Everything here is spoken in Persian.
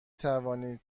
توانید